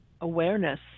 awareness